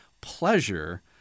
pleasure